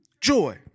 joy